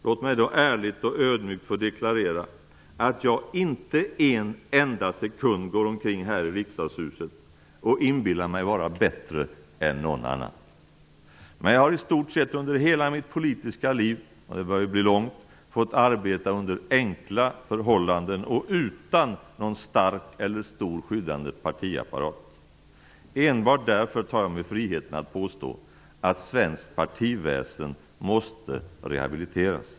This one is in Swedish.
Låt mig då ärligt och ödmjukt få deklarera att jag inte en enda sekund går omkring här i Riksdagshuset och inbillar mig vara bättre än någon annan. Men jag har i stort sett under hela mitt politiska liv - och det börjar bli långt - fått arbeta under enkla förhållanden och utan någon stark eller stor skyddande partiapparat. Enbart därför tar jag mig friheten att påstå att svenskt partiväsende måste rehabiliteras.